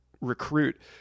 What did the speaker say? recruit